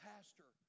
Pastor